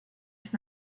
ist